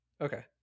Okay